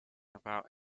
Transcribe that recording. about